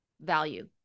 value